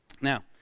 Now